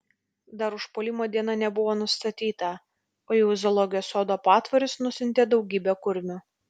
dar užpuolimo diena nebuvo nustatyta o jau į zoologijos sodo patvorius nusiuntė daugybę kurmių